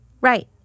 right